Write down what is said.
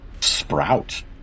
sprout